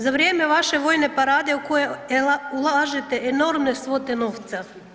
Za vrijeme vaše vojne parade u koje ulažete enormne svote novca.